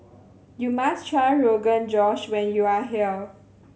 you must try Rogan Josh when you are here